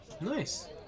nice